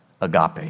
agape